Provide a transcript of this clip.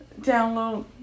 download